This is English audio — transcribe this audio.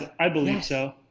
i believe so.